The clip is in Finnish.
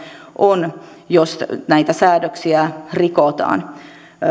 on jos näitä säädöksiä rikotaan